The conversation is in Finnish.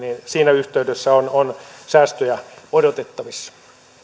siinä yhteydessä on on säästöjä odotettavissa